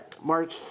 March